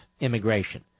immigration